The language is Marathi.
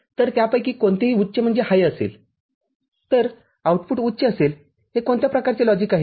तर त्यापैकी कोणतेही उच्चअसेल तर आउटपुट उच्च असेल हे कोणत्या प्रकारचे लॉजिक आहे